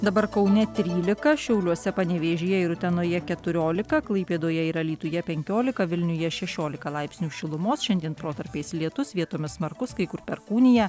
dabar kaune trylika šiauliuose panevėžyje ir utenoje keturiolika klaipėdoje ir alytuje penkiolika vilniuje šešiolika laipsnių šilumos šiandien protarpiais lietus vietomis smarkus kai kur perkūnija